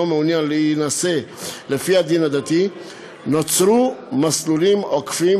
מעוניין להינשא לפי הדין הדתי נוצרו מסלולים עוקפים,